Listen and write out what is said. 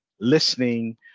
listening